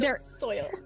soil